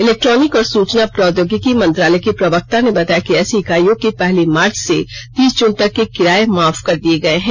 electronic और सुचना प्रौद्योगिकी मंत्रालय के प्रवक्ता ने बताया कि ऐसी इकाइयों के पहली मार्च से तीस जून तक के किराए माफ कर दिए गए हैं